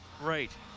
Right